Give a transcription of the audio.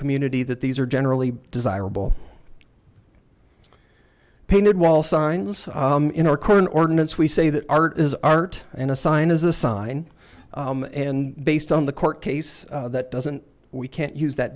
community that these are generally desirable painted wall signs in our current ordinance we say that art is art and a sign is a sign and based on the court case that doesn't we can't use that